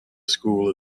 school